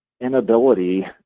inability